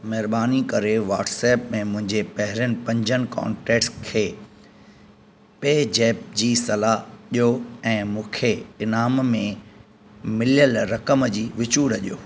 महिरबानी करे व्हाट्सएप में मुंहिंजे पहिरियनि पंजनि कोन्टेक्स खे पे ज़ेप्प जी सलाह ॾियो ऐं मूंखे इनाम में मिलियल रक़म जी विचूर ॾियो